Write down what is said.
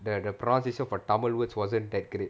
the the pronounciation for tamil words wasn't that great